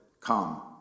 come